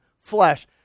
flesh